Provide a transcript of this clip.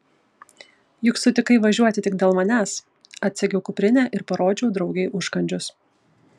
juk sutikai važiuoti tik dėl manęs atsegiau kuprinę ir parodžiau draugei užkandžius